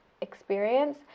experience